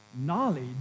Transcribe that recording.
knowledge